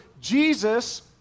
Jesus